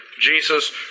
Jesus